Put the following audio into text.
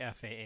FAA